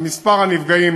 מספר הנפגעים,